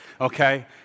okay